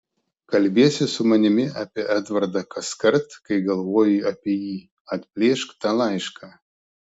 kalbiesi su manimi apie edvardą kaskart kai galvoji apie jį atplėšk tą laišką